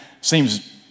seems